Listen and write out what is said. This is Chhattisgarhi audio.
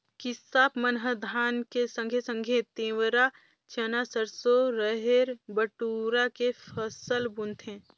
किसाप मन ह धान के संघे संघे तिंवरा, चना, सरसो, रहेर, बटुरा के फसल बुनथें